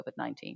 COVID-19